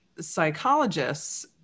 psychologists